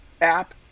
app